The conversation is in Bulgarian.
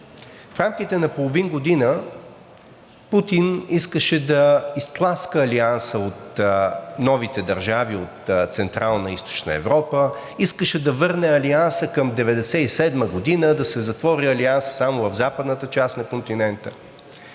В рамките на половин година Путин искаше да изтласка Алианса от новите държави от Централна и Източна Европа, искаше да върне Алианса към 1997 г. – да се затвори Алиансът само в западната част на континента.